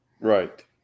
Right